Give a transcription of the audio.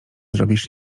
zrobisz